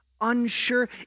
unsure